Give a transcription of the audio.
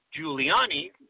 Giuliani